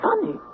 funny